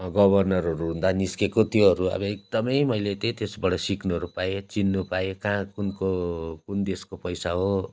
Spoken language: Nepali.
गवर्नरहरू हुँदा निस्केको त्योहरू अब एकदमै मैले त्यही त्यसबाट सिक्नुहरू पाएँ चिन्न पाएँ कहाँ कुनको कुन देशको पैसा हो